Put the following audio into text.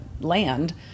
land